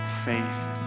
Faith